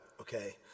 okay